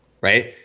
right